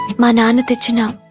mohana and krishna